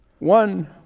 one